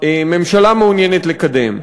שהממשלה מעוניינת לקדם.